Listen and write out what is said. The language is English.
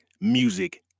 music